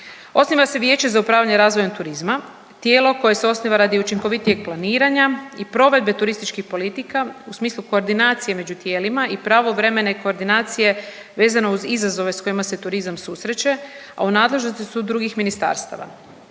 Osniva se vijeće za upravljanje razvojem turizma, tijelo koje se osniva radi učinkovitijeg planiranja i provedbe turističkih politika u smislu koordinacije među tijelima i pravovremene koordinacije vezano uz izazove s kojima se turizam susreće, a u nadležnosti su drugih ministarstava.